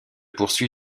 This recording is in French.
poursuit